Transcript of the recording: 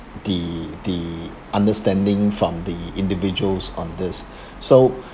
the the understanding from the individuals on this so